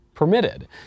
permitted